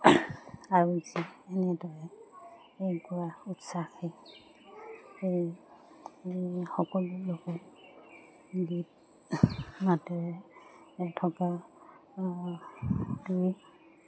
আৰু যি এনেদৰে এই গোৱা উৎসাহেই সেই সকলো লোকক গীত মাতেৰে থকাতোৱে